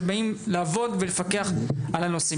שבאות לעבוד ולפקח על הנושאים.